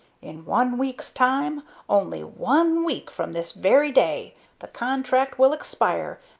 in one week's time only one week from this very day the contract will expire,